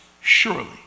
surely